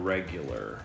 Regular